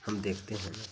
हम देखते हैं ना